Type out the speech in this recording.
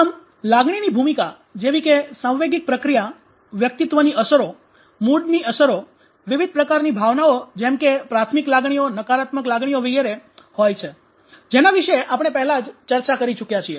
આમ લાગણીની ભૂમિકા જેવી કે સાંવેગિક પ્રક્રિયા વ્યક્તિત્વની અસરો મૂડની અસરો વગેરે વિવિધ પ્રકારની ભાવનાઓ જેમકે પ્રાથમિક લાગણીઓ નકારાત્મક લાગણીઓ વિગેરે હોય છે જેના વિશે આપણે પહેલા જ ચર્ચા કરી ચૂક્યા છીએ